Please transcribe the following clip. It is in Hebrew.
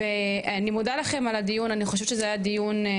אני מודה לכם על הדיון, אני חושבת שזה היה דיון.